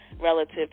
relative